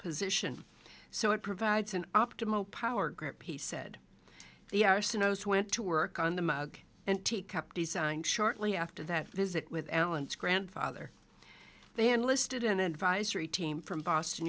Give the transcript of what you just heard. position so it provides an optimal power grippy said the hour sonos went to work on the mug and tea cup designed shortly after that visit with alan's grandfather they enlisted an advisory team from boston